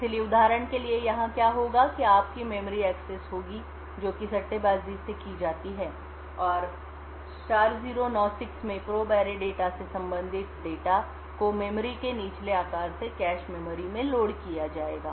इसलिए उदाहरण के लिए यहां क्या होगा कि आपकी मेमोरी एक्सिस होगी जो कि सट्टेबाजी से की जाती है और 4096 में प्रोब एरे डेटा से संबंधित डेटा को मेमोरी के निचले आकार से कैश मेमोरी में लोड किया जाएगा